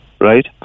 right